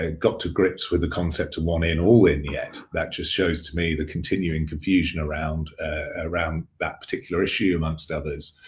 and got to grips with the concept of one in, all in yet. that just shows to me the continuing confusion around around that particular issue amongst others.